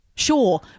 sure